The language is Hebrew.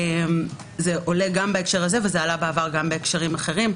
זה עולה בהקשר הזה ועלה בעבר גם בהקשרים אחרים.